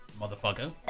motherfucker